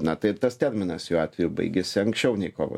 na tai tas terminas jo atveju baigėsi anksčiau nei kovo